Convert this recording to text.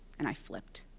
and i flipped.